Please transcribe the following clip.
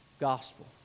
gospel